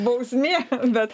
bausmė bet